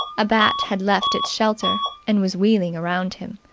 a bat had left its shelter and was wheeling around him,